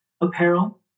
apparel